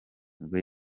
nibwo